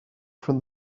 from